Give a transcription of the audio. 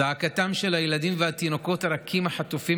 זעקתם של הילדים והתינוקות הרכים החטופים